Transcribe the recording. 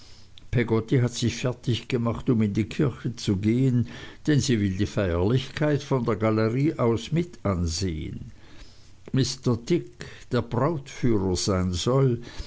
peggotty hat sich fertig gemacht um in die kirche zu gehen denn sie will die feierlichkeit von der galerie aus mitansehen mr dick der brautführer sein soll